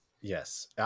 Yes